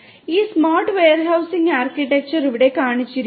ഈ smart warehousing architecture ഇവിടെ കാണിച്ചിരിക്കുന്നു